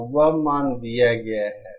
और वह मान दिया गया है